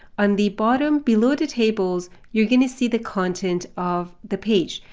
on the bottom, below the tables, you're going to see the content of the page.